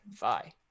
Bye